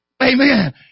Amen